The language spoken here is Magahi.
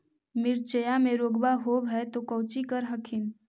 मिर्चया मे रोग्बा होब है तो कौची कर हखिन?